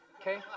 Okay